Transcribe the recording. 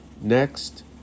next